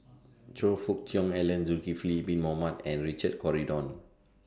Choe Fook Cheong Alan Zulkifli Bin Mohamed and Richard Corridon